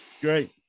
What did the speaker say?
Great